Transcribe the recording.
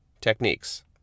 techniques